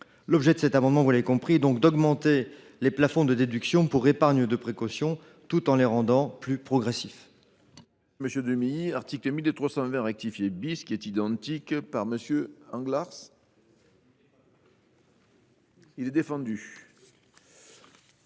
L’objet de cet amendement est également d’augmenter les plafonds de déduction pour épargne de précaution, tout en les rendant plus progressifs,